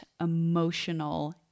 emotional